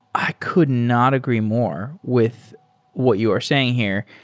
i could not agree more with what you are saying here.